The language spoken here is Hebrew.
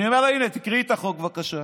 אני אומר לה: הינה, תקראי את החוק, בבקשה.